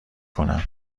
کنم